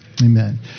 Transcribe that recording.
amen